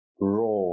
raw